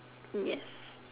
yes